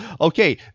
Okay